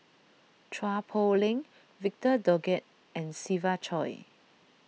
Chua Poh Leng Victor Doggett and Siva Choy